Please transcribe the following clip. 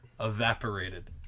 Evaporated